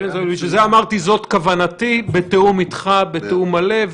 לכן, אמרתי: זו כוונתי בתיאום איתך, בתיאום מלא.